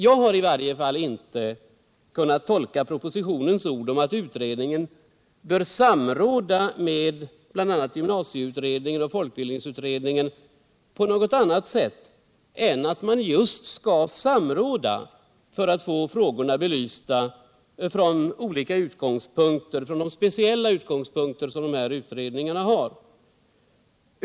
Jag har i varje fall inte kunnat tolka propositionens ord om att utredningen bör samråda med bl.a. gymnasieutredningen och folkbildningsutredningen på något annat sätt än att man just skall samråda för att få frågorna belysta från de speciella utgångspunkter som dessa utredningar har.